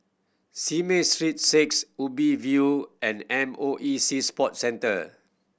Simei Street Six Ubi View and M O E Sea Sports Centre